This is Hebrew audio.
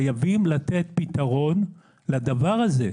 חייבים לתת פתרון לדבר הזה.